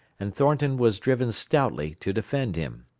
and thornton was driven stoutly to defend him.